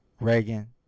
Reagan